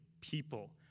people